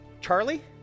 Charlie